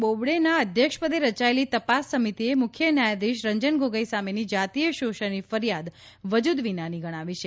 બોબડેના અધ્યક્ષપદે રચાયેલી તપાસ સમિતિએ મુખ્ય ન્યાયાધીશ રંજન ગોગોઇ સામેની જાતીય શોષણની ફરિયાદ વજુદ વિનાની ગણાવી છે